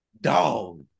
Dog